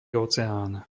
oceán